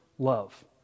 Love